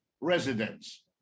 residents